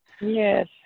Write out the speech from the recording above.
Yes